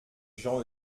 jean